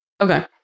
Okay